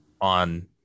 on